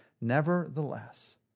Nevertheless